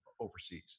overseas